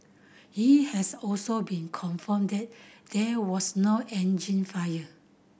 it has also been confirmed that there was no engine fire